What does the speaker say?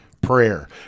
prayer